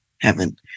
heaven